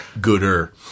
Gooder